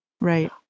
Right